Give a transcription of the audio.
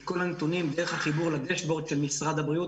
כל הנתונים דרך החיבור לדשבורד של משרד הבריאות,